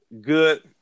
good